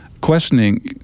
questioning